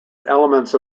elements